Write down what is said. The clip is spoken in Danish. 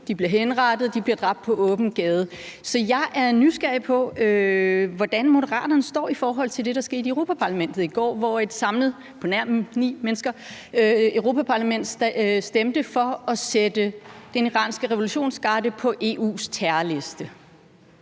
de bliver henrettet, og de bliver dræbt på åben gade. Så jeg er nysgerrig på at vide, hvordan Moderaterne står i forhold til det, der skete i Europa-Parlamentet i går, hvor et samlet parlament på nær ni medlemmer stemte for at sætte den iranske revolutionsgarde på EU's terrorliste.